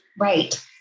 Right